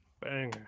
banger